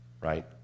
right